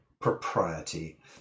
propriety